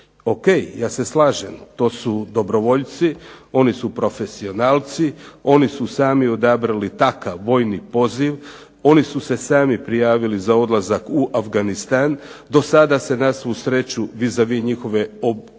Ok, ja se slažem to su dobrovoljci, to su profesionalci, oni su sami odabrali takav vojni poziv, oni su se sami prijavili za odlazak u Afganistan, do sada se na njihovu sreću vis a vis njihove obučenosti